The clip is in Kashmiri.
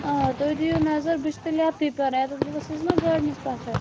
آ تُہۍ دِیِو نَظَر بہٕ چھَس تیٚلہِ بہٕ ؤژھِس نہَ گاڑِ مَنٛز پَتھَر